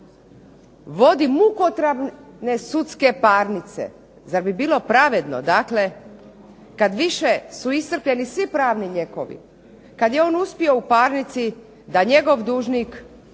vodi mukotrpne sudske parnice, zar bi bilo pravedno dakle, kada su više iscrpljeni svi pravni lijekovi, kada je on uspio u parnici, da njegov dužnik